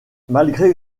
malgré